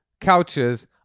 couches